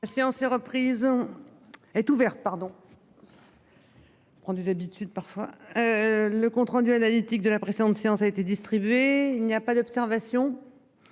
du Sud parfois. Le compte rendu analytique de la précédente séance a été distribué, il n'y a pas d'observation.